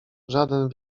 żaden